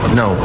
no